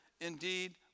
indeed